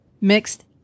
mixed